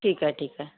ठीक आहे ठीक आहे